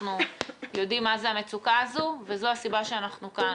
אנחנו יודעים מה זאת המצוקה הזאת וזאת הסיבה שאנחנו כאן,